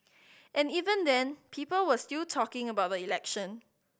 and even then people were still talking about the election